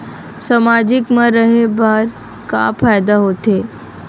सामाजिक मा रहे बार का फ़ायदा होथे?